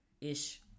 Ish